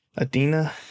Adina